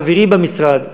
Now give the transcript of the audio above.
חברי במשרד,